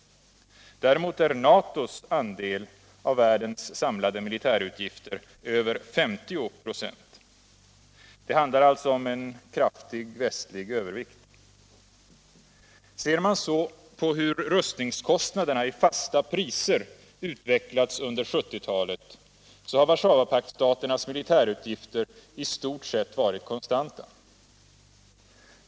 Däremot är NATO:s andel av världens samlade militäruppgifter över 50 26. Det handlar alltså om en kraftig västlig övervikt. Ser man så på hur rustningskostnaderna i fasta priser utvecklats under 1970-talet, finner man att Warszawapaktstaternas militärutgifter i stort sett varit konstanta.